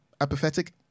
Apathetic